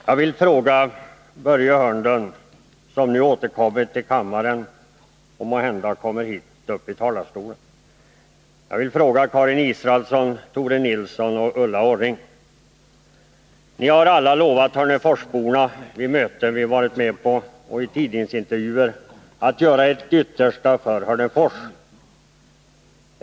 Jag vill fråga Börje Hörnlund, som nu har återkommit till kammaren och måhända kommer upp i talarstolen, jag vill fråga Karin Israelsson, Tore Nilsson och Ulla Orring: Ni har alla lovat hörneforsborna vid möten som ni har varit med på och i tidningsintervjuer att göra ert yttersta för Hörnefors.